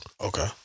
okay